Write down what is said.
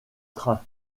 train